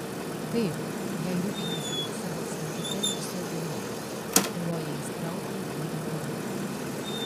taip jei rūpiniesi tik savo sveikata ir saugumu chlojė įspraudė jį į kampą